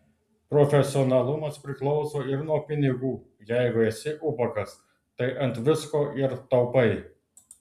profesionalumas priklauso ir nuo pinigų jeigu esi ubagas tai ant visko ir taupai